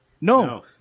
No